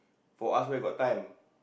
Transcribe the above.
for us where got time